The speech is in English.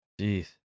Jeez